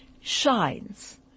shines